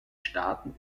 staaten